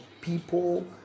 people